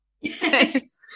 Yes